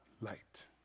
Light